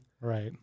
Right